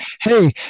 Hey